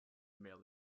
male